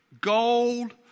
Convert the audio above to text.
gold